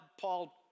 Paul